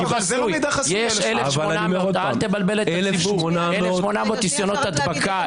יש 1,800 ניסיונות הדבקה.